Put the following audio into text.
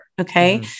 Okay